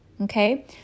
Okay